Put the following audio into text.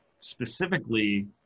specifically